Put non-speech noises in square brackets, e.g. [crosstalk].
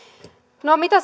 no mitä [unintelligible]